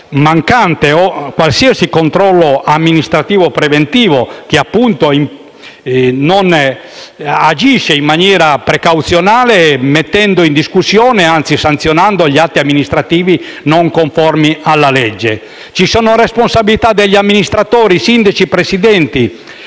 qualsiasi controllo amministrativo preventivo che, appunto, non agisce in maniera precauzionale, mettendo in discussione - anzi, sanzionando - gli atti amministrativi non conformi alla legge. Ci sono responsabilità degli amministratori, sindaci e Presidenti.